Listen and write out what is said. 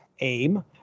aim